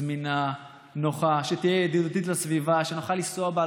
זמינה ונוחה שתהיה ידידותית לסביבה ושנוכל לנסוע בה,